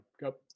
go